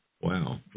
Wow